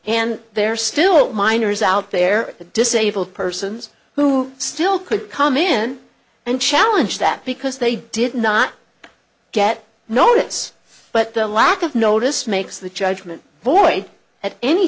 and they're still minors out there the disabled persons who still could come in and challenge that because they did not get notice but the lack of notice makes the judgment boy at any